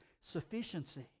sufficiency